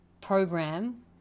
program